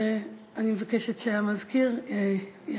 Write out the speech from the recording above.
הודעה לסגן המזכירה.